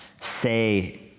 say